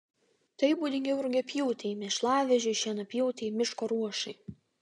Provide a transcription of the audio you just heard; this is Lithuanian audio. tai būdingiau rugiapjūtei mėšlavežiui šienapjūtei miško ruošai